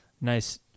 nice